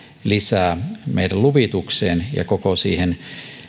lisää meidän luvitukseen ja koko siihen